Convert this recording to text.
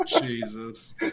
Jesus